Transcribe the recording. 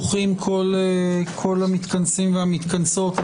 ברוכות וברוכים כל המתכנסים והמתכנסות,